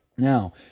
Now